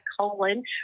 colon